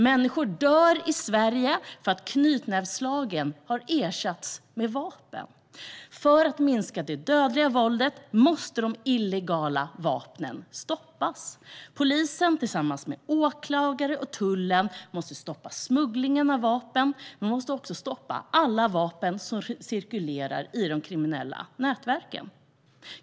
Människor dör i Sverige för att knytnävsslagen har ersatts med vapen. För att minska det dödliga våldet måste de illegala vapnen stoppas. Polisen måste tillsammans med åklagare och tullen stoppa smugglingen av vapen, men man måste också stoppa alla vapen som cirkulerar i de kriminella nätverken.